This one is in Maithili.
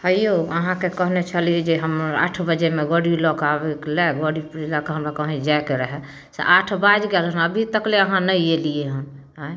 हेयौ अहाँके कहने छलिए जे हम आठ बजेमे गड़ी लऽ कऽ आबैके लिए गाड़ी लऽ कऽ हमरा कहीँ जाइके रहै से आठ बाजि गेल हँ अभी तक ले अहाँ नहि अएलिए हन अँइ